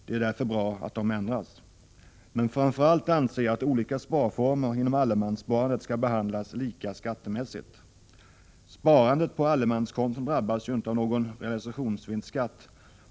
Det är därför bra att de ändras. Men framför allt anser jag att olika sparformer inom allemanssparandet skattemässigt skall behandlas lika. Sparandet på allemanskontona drabbas ju inte av någon realisationsvinstskatt.